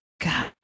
God